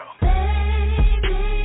Baby